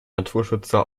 naturschützer